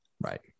right